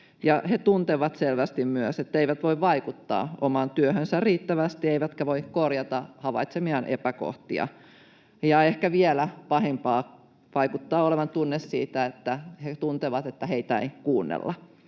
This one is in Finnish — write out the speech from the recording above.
tuntevat, etteivät voi vaikuttaa omaan työhönsä riittävästi eivätkä voi korjata havaitsemiaan epäkohtia. Ja — ehkä vielä pahempaa — heillä vaikuttaa olevan tunne siitä, että he tuntevat, että heitä ei kuunnella.